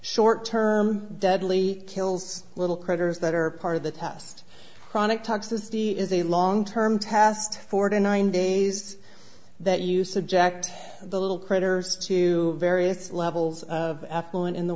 short term deadly kills little critters that are part of the test chronic toxicity is a long term task forty nine days that you subject the little critters to various levels of affluent in the